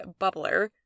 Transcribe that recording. bubbler